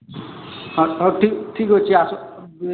ହଁ ହଉ ଠିକ ଠିକ୍ ଅଛି ଆସ